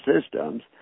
systems